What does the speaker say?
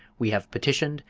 we have petitioned,